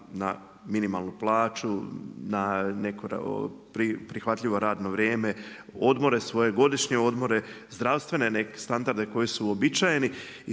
na minimalnu plaću, na prihvatljivo rano vrijeme, svoje godišnje odmore, zdravstvene standarde koji su uobičajeni